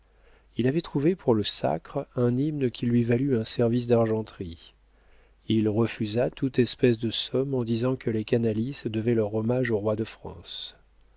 il avait trouvé pour le sacre un hymne qui lui valut un service d'argenterie il refusa toute espèce de somme en disant que les canalis devaient leur hommage au roi de france